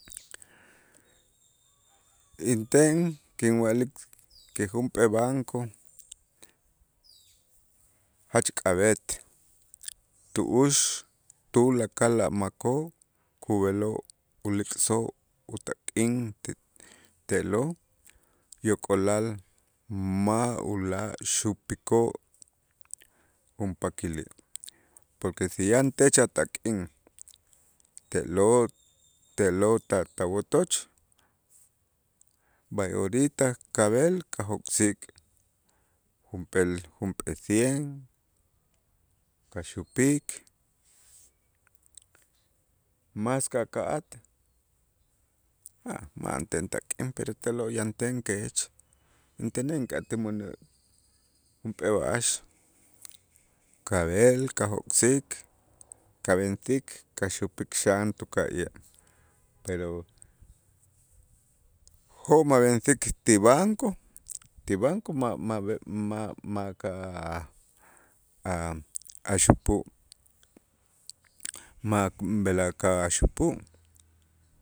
Inten kinwa'lik ki junp'ee banco jach k'ab'et tu'ux tulakal a' makoo' kub'eloo' kulik'soo' utak'in t- te'lo' yok'olal ma' ulaj xupikoo' junpakili', porque si yantech a tak'in, te'lo' te'lo ta- tawotoch b'ay orita kab'el kajok'sik junp'eel junp'ee cien, kaxupik más ka'ka'at ma'anten tak'in pero te'lo' yanten kech intenej ink'atij mänä', junp'ee b'a'ax kab'el kajok'sik kab'ensik kaxupik xan tuka'ye' pero jo' ma' b'ensik ti banco ti banco ma' ma' ma' ma' aka'aj a'-a'-a' xupu' ma' b'el aka'aj a' xupu'.